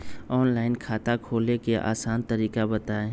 Online खाता खोले के आसान तरीका बताए?